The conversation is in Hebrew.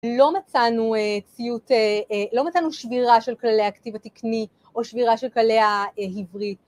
לא מצאנו ציות, שבירה של כללי הכתיב התקני או שבירה של כללי העברית